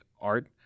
art